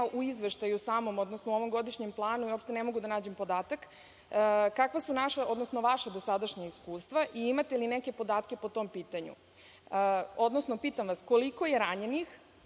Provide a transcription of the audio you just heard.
izveštaju, odnosno ovom godišnjem planu i uopšte ne mogu da nađem podatak, kakva su vaša dosadašnja iskustva i imate li neke podatke po tom pitanju? Odnosno, pitam vas koliko je ranjenih